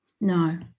no